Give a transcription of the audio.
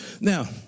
now